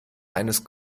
eines